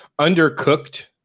undercooked